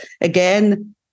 again